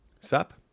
Sup